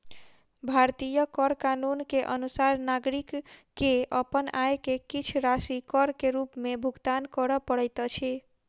भारतीय कर कानून के अनुसार नागरिक के अपन आय के किछ राशि कर के रूप में भुगतान करअ पड़ैत अछि